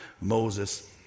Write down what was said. Moses